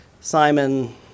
Simon